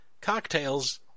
Cocktails